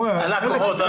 הלקוחות.